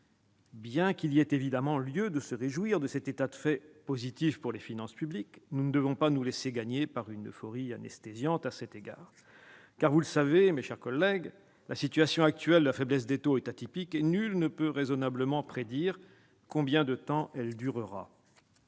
Bien qu'il y ait évidemment lieu de se réjouir de cet état de fait positif pour les finances publiques, nous ne devons pas nous laisser gagner par une euphorie anesthésiante ! Vous le savez, mes chers collègues, la faiblesse actuelle des taux est atypique et nul ne peut raisonnablement prédire combien de temps elle durera.